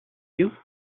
you